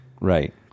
Right